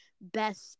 best